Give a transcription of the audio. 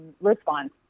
response